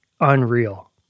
unreal